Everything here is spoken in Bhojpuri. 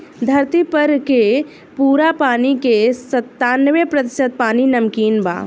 धरती पर के पूरा पानी के सत्तानबे प्रतिशत पानी नमकीन बा